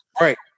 Right